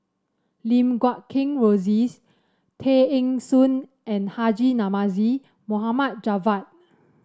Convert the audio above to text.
Lim Guat Kheng Rosie Tay Eng Soon and Haji Namazie Mohd Javad